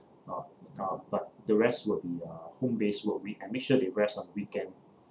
uh uh but the rest will be uh home based work week and make sure they rest on weekend